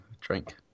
Drink